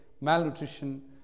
malnutrition